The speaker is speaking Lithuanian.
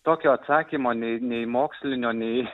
tokio atsakymo nei nei mokslinio nei